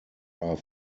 are